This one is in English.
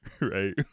Right